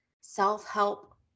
self-help